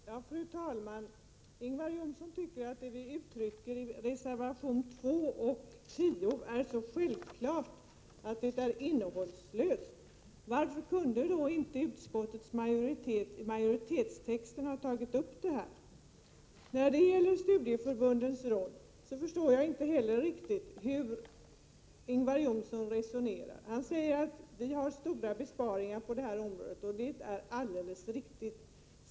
Fru talman! Ingvar Johnsson tycker att det som vi ger uttryck för i reservationerna 2 och 10 är så självklart att det är innehållslöst. Varför kunde då inte utskottets majoritet ha tagit upp detta i sin skrivning? Inte heller när det gäller studieförbundens roll förstår jag riktigt hur Ingvar Johnsson resonerar. Han säger att vi vill göra stora besparingar på det här området, och det är alldeles riktigt.